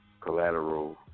collateral